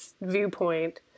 viewpoint